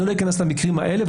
זה לא ייכנס למקרים האלה,